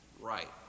Right